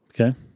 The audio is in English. Okay